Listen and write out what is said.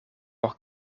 por